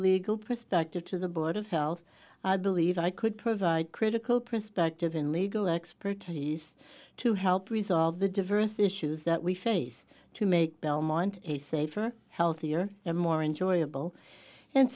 legal perspective to the board of health i believe i could provide critical perspective in legal expertise to help resolve the diverse issues that we face to make belmont a safer healthier more enjoyable and